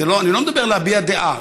אני לא מדבר על להביע דעה.